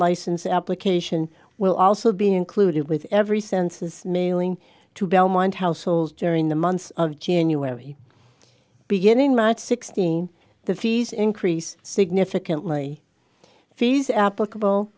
license application will also be included with every census mailing to belmont households during the months of january beginning not sixteen the fees increase significantly fees applicable